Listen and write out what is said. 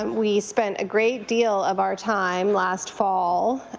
um we spent a great deal of our time last fall